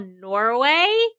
Norway